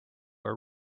are